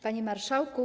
Panie Marszałku!